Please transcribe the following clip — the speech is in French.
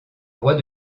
roi